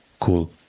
cool